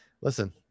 listen